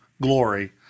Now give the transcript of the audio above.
glory